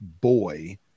boy